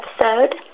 episode